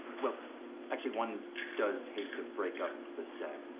well actually one does hate to break up the set